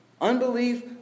Unbelief